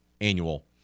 annual